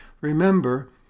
remember